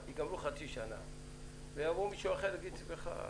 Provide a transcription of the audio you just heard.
תיגמר חצי שנה ויבוא מישהו אחר ויגיד: סליחה,